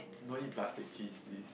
don't eat plastic cheese please